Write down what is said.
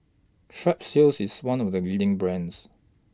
Strepsils IS one of The leading brands